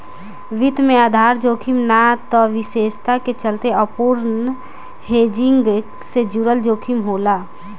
वित्त में आधार जोखिम ना त विशेषता के चलते अपूर्ण हेजिंग से जुड़ल जोखिम होला